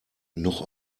noch